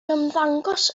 ymddangos